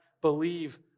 believe